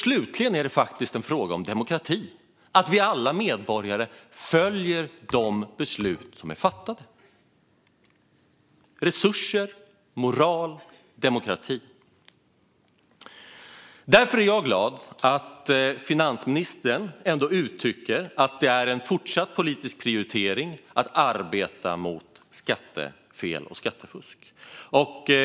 Slutligen är det faktiskt en fråga om demokrati, om att alla vi medborgare följer de beslut som är fattade - resurser, moral och demokrati. Därför är jag glad över att finansministern uttrycker att det är en fortsatt politisk prioritering att arbeta mot skattefel och skattefusk.